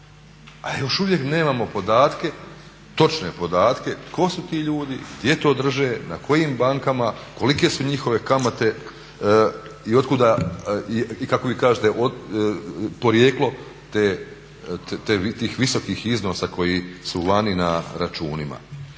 a još uvijek nemamo podatke, točne podatke tko su ti ljudi, gdje to drže, na kojim bankama, kolike su njihove kamate i od kuda, i kako vi kažete od kud je porijeklo tih visokih iznosa koji su vani na računima.